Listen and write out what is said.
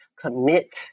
commit